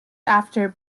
after